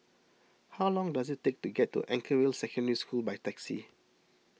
how long does it take to get to Anchorvale Secondary School by taxi